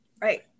Right